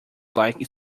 like